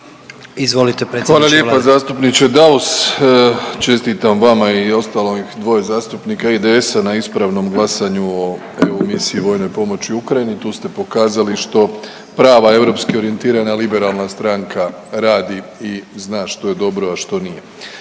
Hvala lijepa zastupniče Daus, čestitam vama i ostalih dvoje zastupnika IDS-a na ispravnom glasanju o EU misiji vojnoj pomoći Ukrajini, tu ste pokazali što prava europski orijentirana liberalna stranka radi i zna što je dobro, a što nije.